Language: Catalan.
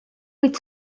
huit